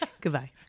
Goodbye